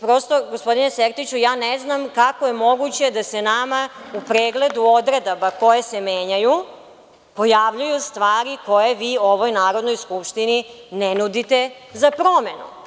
Prosto, gospodine Sertiću, ja ne znam kako je moguće da se nama u pregledu odredaba koje se menjaju pojavljuju stvari koje vi u ovoj Narodnoj skupštini ne nudite za promenu.